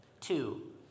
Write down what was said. Two